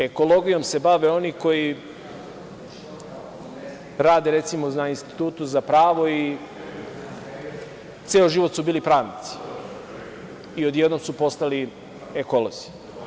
Ekologijom se bave oni koji rade, recimo, na Institutu za pravo i ceo život su bili pravnici i odjednom su postali ekolozi.